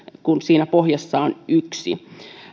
kun pohjassa on yksi